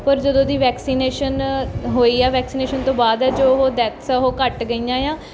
ਪਰ ਜਦੋਂ ਦੀ ਵੈਕਸੀਨੇਸ਼ਨ ਹੋਈ ਹੈ ਵੈਕਸੀਨੇਸ਼ਨ ਤੋਂ ਬਾਅਦ ਹੈ ਜੋ ਉਹ ਡੈੱਥਸ ਉਹ ਘੱਟ ਗਈਆਂ ਆ